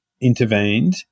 intervened